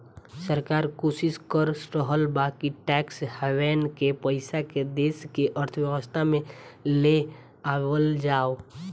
सरकार कोशिस कर रहल बा कि टैक्स हैवेन के पइसा के देश के अर्थव्यवस्था में ले आवल जाव